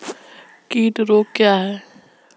कीट रोग क्या है?